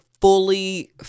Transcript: fully